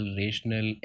rational